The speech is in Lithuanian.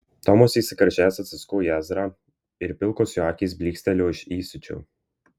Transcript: tomas įsikarščiavęs atsisuko į ezrą ir pilkos jo akys blykstelėjo iš įsiūčio